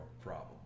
problem